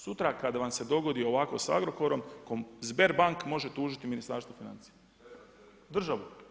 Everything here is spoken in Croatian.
Sutra kad vam se dogodi ovako sa Agrokorom, Sperbank može tužiti Ministarstvo financija, državu.